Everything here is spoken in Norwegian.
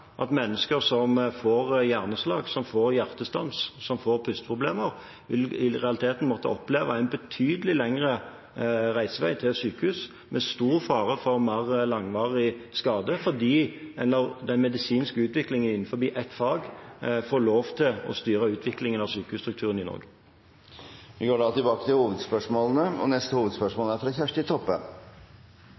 at mennesker som får hjerneslag, som får hjerteslag, som får pusteproblemer, vil måtte oppleve en betydelig lengre reisevei til et sykehus, med stor fare for mer langvarig skade, fordi den medisinske utviklingen innenfor ett fag får lov til å styre utviklingen av sykehusstrukturen i Norge. Vi går